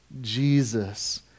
Jesus